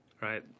right